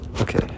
Okay